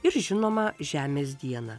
ir žinoma žemės dieną